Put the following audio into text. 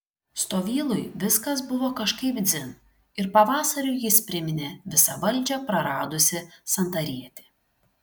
stovylui viskas buvo kažkaip dzin ir pavasariui jis priminė visą valdžią praradusį santarietį